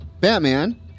batman